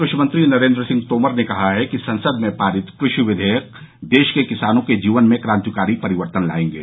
कृषि मंत्री नरेन्द्र सिंह तोमर ने कहा है कि संसद में पारित कृषि विधेयक देश के किसानों के जीवन में क्रांतिकारी परिवर्तन लाएंगे